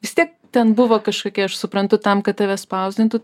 vis tiek ten buvo kažkokia aš suprantu tam kad tave spausdintų